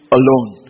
alone